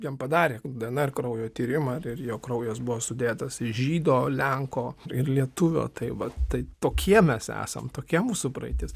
jam padarė dnr kraujo tyrimą ir ir jo kraujas buvo sudėtas iš žydo lenko ir lietuvio tai va tai tokie mes esam tokia mūsų praeitis